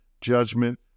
judgment